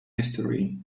history